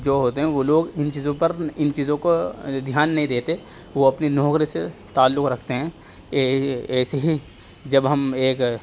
جو ہوتے ہیں وہ لوگ ان چیزوں پر ان چیزوں کو دھیان نہیں دیتے وہ اپنی نوکری سے تعلق رکھتے ہیں ایسے ہی جب ہم ایک